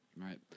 Right